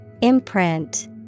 Imprint